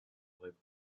auraient